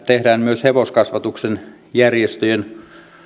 tehdään myös hevoskasvatuksen järjestöjen